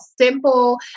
simple